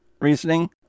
reasoning